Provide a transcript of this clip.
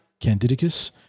Candidicus